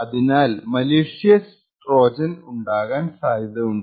അതിനാൽ മലീഷ്യസ് ട്രോജന് ഉണ്ടാകാൻ സാധ്യത ഉണ്ട്